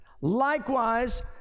likewise